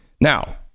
Now